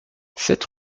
sept